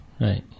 right